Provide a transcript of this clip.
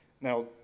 Now